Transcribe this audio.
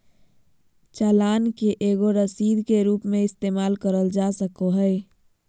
चालान के एगो रसीद के रूप मे इस्तेमाल करल जा सको हय